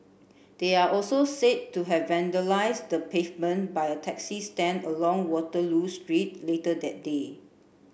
they are also said to have vandalised the pavement by a taxi stand along Waterloo Street later that day